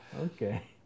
Okay